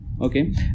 okay